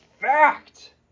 fact